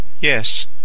Yes